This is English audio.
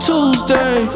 Tuesday